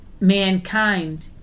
mankind